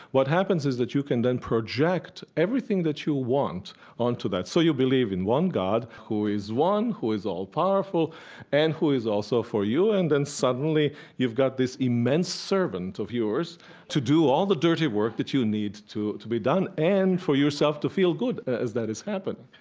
what happens is that you can then project everything that you want onto that. so you believe in one god who is one, who is all powerful and who is also for you, and then suddenly you've got this immense servant of yours to do all the dirty work that you need to to be done and for yourself to feel good as that has happened.